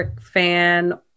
fan